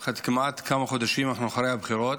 אנחנו כמה חודשים אחרי הבחירות.